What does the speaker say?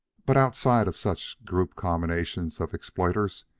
but outside of such group-combinations of exploiters,